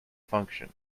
function